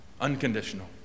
Unconditional